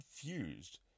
confused